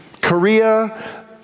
Korea